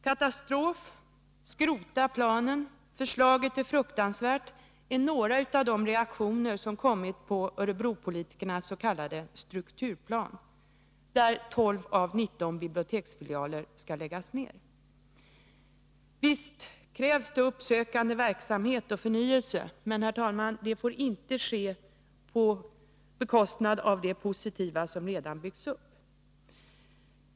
”Katastrof, skrota planen, förslaget är fruktansvärt”, är några av de reaktioner som har kommit på Örebropolitikernas s.k. strukturplan, enligt vilken 12 av 19 biblioteksfilialer skall läggas ner. Visst krävs uppsökande verksamhet och förnyelse, men, herr talman, det får inte ske på bekostnad av det positiva som redan byggts upp.